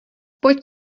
pojď